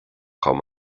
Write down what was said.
chomh